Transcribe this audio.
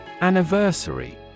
Anniversary